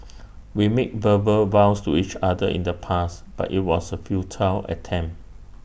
we made verbal vows to each other in the past but IT was A futile attempt